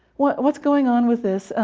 what's what's going on with this?